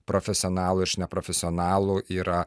profesionalų iš neprofesionalų yra